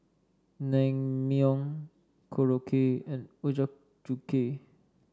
Naengmyeon Korokke and Ochazuke